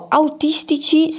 autistici